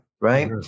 right